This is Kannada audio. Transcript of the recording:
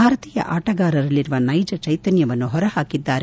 ಭಾರತೀಯ ಆಟಗಾರರಲ್ಲಿರುವ ನೈಜ ಚೈತನ್ವವನ್ನು ಹೊರಹಾಕಿದ್ದಾರೆ